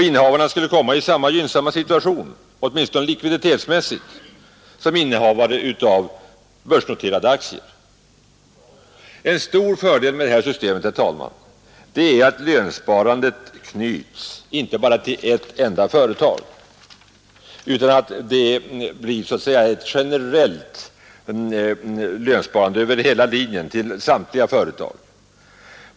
Innehavarna skulle komma i samma gynnsamma situation, åtminstone likviditetsmässigt, som innehavare av börsnoterade aktier. En stor fördel med detta system, herr talman, är att lönsparandet knyts inte bara till ett enda företag, utan att det blir ett generellt lönsparande över hela linjen för samtliga företag.